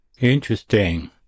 Interesting